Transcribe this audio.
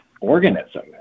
organism